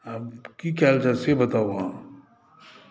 आब की कयल जाय से बताउ अहाँ